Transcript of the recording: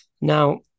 Now